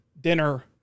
dinner